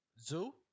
Zoo